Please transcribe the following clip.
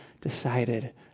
decided